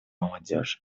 молодежи